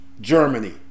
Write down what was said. Germany